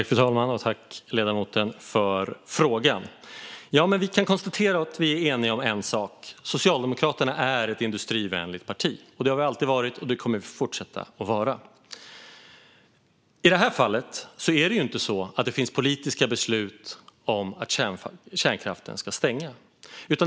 Fru talman! Jag tackar ledamoten för frågan. Vi kan konstatera att vi är eniga om en sak: Socialdemokraterna är ett industrivänligt parti. Det har vi alltid varit, och det kommer vi att fortsätta vara. I det här fallet är det inte så att det finns politiska beslut om att kärnkraften ska stängas.